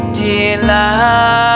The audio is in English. delight